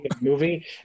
movie